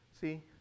see